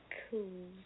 cool